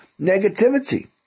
negativity